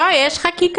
לא, יש חקיקה.